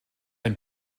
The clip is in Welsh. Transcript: ein